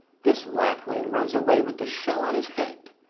this lapwing runs away with the shell on his head.